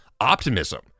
optimism